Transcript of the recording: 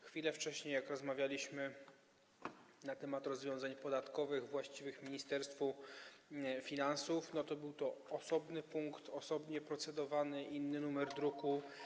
Chwilę wcześniej, jak rozmawialiśmy na temat rozwiązań podatkowych właściwych Ministerstwu Finansów, to był to osobny punkt, osobno procedowany, inny numer druku.